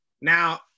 Now